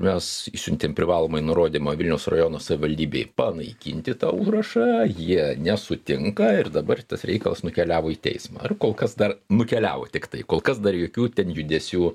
mes išsiuntėm privalomąjį nurodymą vilniaus rajono savivaldybei panaikinti tą užrašą jie nesutinka ir dabar tas reikalas nukeliavo į teismą ir kol kas dar nukeliavo tiktai kol kas dar jokių ten judesių